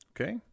Okay